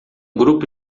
grupo